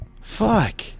fuck